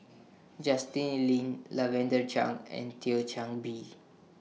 Justin Lean Lavender Chang and Thio Chan Bee